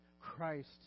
christ